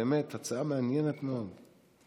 באמת הצעה מעניינת מאוד.